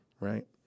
right